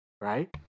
right